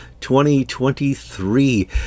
2023